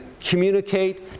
communicate